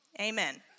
Amen